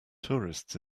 tourists